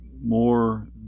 more